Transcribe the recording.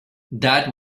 that